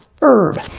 herb